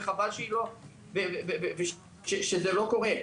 וחבל שזה לא קורה.